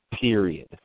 Period